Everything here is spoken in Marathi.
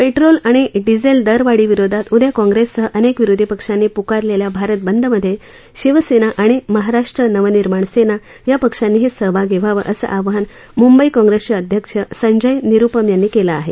पेट्रोल आणि डिझेल दरवाढीविरोधात उद्या काँप्रेससह अनेक विरोधी पक्षांनी पुकारलेल्या भारत बदमधे शिवसेना आणि महाराष्ट्र नवनिर्माण सेना या पक्षांनीही सहभागी व्हावं असं आवाहन मुंबई काँप्रेसचे अध्यक्ष संजय निरुपम यांनी केलं आहे